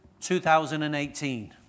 2018